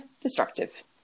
destructive